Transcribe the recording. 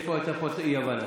הייתה פה אי-הבנה.